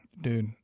dude